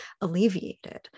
alleviated